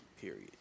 period